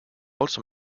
also